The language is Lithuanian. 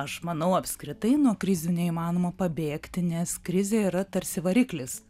aš manau apskritai nuo krizių neįmanoma pabėgti nes krizė yra tarsi variklis